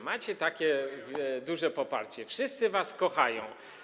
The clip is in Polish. Macie takie duże poparcie, wszyscy was kochają.